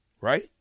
Right